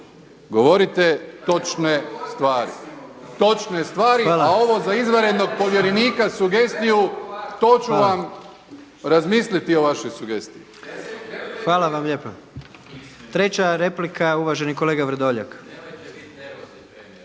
Govorite točne stvari, točne stvari, a ovo za izvanrednog povjerenika sugestiju to ću vam razmisliti o vašoj sugestiji.